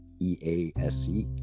E-A-S-E